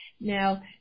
now